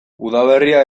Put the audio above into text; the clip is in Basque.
udaberria